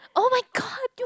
oh-my-god you